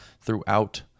throughout